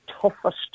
toughest